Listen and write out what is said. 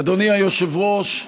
אדוני היושב-ראש,